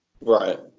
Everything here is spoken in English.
Right